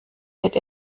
wird